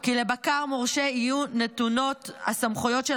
כי לבקר מורשה יהיו נתונות הסמכויות של